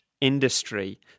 industry